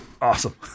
awesome